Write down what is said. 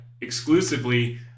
exclusively